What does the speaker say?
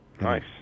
Nice